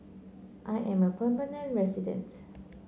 I am a permanent resident